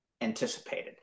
anticipated